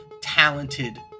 talented